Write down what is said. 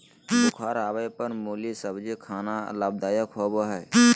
बुखार आवय पर मुली सब्जी खाना लाभदायक होबय हइ